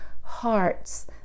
hearts